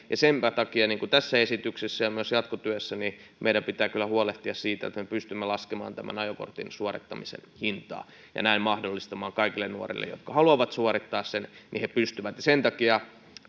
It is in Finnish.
ja senpä takia tässä esityksessä ja myös jatkotyössä meidän pitää kyllä huolehtia siitä että me pystymme laskemaan ajokortin suorittamisen hintaa ja näin mahdollistamaan kaikille nuorille jotka haluavat suorittaa sen että he pystyvät sen takia